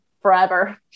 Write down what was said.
forever